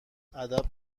ادب